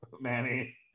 Manny